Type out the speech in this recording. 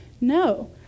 No